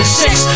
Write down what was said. six